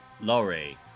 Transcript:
Laurie